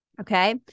okay